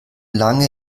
lange